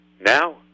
Now